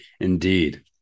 indeed